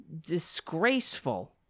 Disgraceful